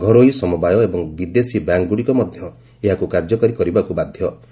ଘରୋଇ ସମବାୟ ଏବଂ ବିଦେଶୀ ବ୍ୟାଙ୍କ୍ଗୁଡ଼ିକ ମଧ୍ୟ ଏହାକୁ କାର୍ଯ୍ୟକାରୀ କରିବାକୁ ବାଧ୍ଧ